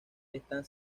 están